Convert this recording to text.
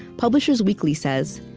publishers weekly says,